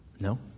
No